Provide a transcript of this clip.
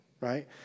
Right